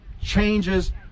changes